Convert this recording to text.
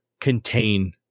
contain